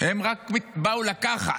הם רק באו לקחת,